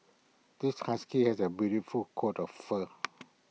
this husky has A beautiful coat of fur